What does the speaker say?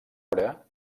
obra